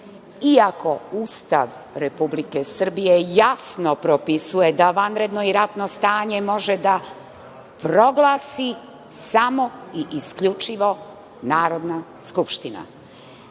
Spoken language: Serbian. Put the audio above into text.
iako Ustav Republike Srbije jasno propisuje da vanredno i ratno stanje može da proglasi samo i isključivo Narodna Skupština. Dragi